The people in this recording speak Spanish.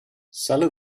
sale